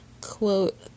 quote